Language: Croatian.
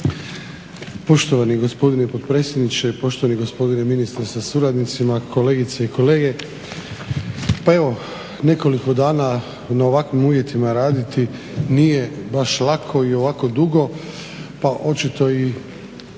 poštovani gospodine potpredsjedniče, poštovani gospodine ministre sa suradnicima, kolegice i kolege. Pa evo, nekoliko dana na ovakvim uvjetima raditi nije baš lako i ovako dugo pa očito i